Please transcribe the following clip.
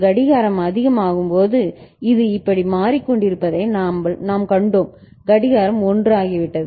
கடிகாரம் அதிகமாகும்போது இது இப்படி மாறிக்கொண்டிருப்பதை நாங்கள் கண்டோம் கடிகாரம் 1 ஆகிவிட்டது